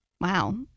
Wow